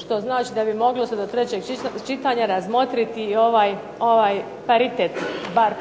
što znači da bi moglo se do trećeg čitanja razmotriti i ovaj paritet bar